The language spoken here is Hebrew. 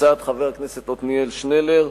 הצעת חבר הכנסת עתניאל שנלר,